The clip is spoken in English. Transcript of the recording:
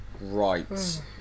Right